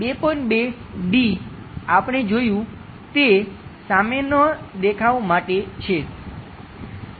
2 d આપણે જોયુ તે સામેના દેખાવ માટે છે